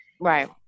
Right